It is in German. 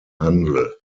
handel